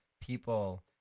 people